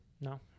no